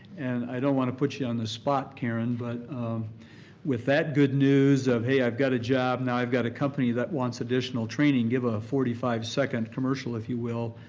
and i don't want to put you on the spot, karen, but with that good news of hey i've got a job, now i've got a company that wants additional training, give a forty five second commercial, if you will,